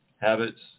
habits